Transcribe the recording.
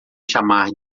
chamar